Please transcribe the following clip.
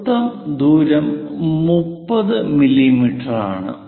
വൃത്തം ദൂരം 30 മില്ലീമീറ്ററാണ്